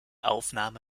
aufnahme